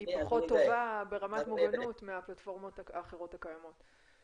היא פחות טוב ברמת המוגנות מהפלטפורמות האחרות הקיימות.